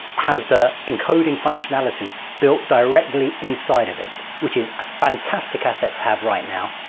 has the encoding functionality built directly inside of it. which is fantastic asset to have right now,